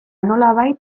nolabait